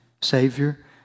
Savior